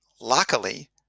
luckily